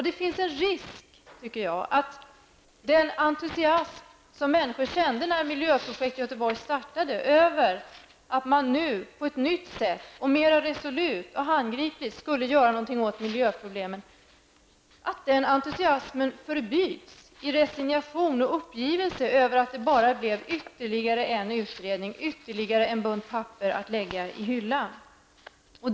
Det finns en risk för att den entusiasm som människor kände när Miljöprojekt Göteborg startade över att man nu på ett nytt sätt och mera resolut och handgripligt skulle göra något åt miljöproblemen, förbyts i resignation och uppgivenhet över att det bara blev ytterligare en utredning och ytterligare en bunt papper att lägga på hyllan.